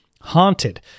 haunted